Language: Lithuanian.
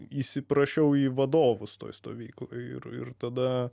įsiprašiau į vadovus toj stovykloj ir ir tada